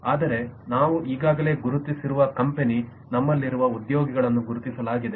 ಆದರೆ ನಾವು ಈಗಾಗಲೇ ಗುರುತಿಸಿರುವ ಕಂಪನಿ ನಮ್ಮಲ್ಲಿರುವ ಉದ್ಯೋಗಿಗಳನ್ನು ಗುರುತಿಸಲಾಗಿದೆ